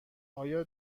آیا